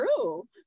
true